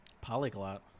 polyglot